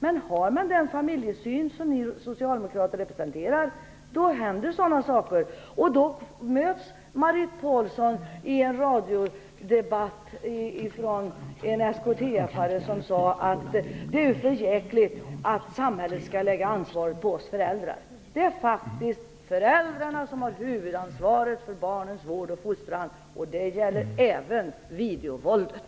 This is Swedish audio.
Men har man den familjesyn som ni socialdemokrater representerar händer sådana saker, och då möts Marit Paulsen i en radiodebatt av en SKTF:are som säger: Det är för jäkligt att samhället skall lägga ansvaret på oss föräldrar. Det är faktiskt föräldrarna som har huvudansvaret för barnens vård och fostran. Det gäller även videovåldet.